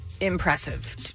Impressive